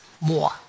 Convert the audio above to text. more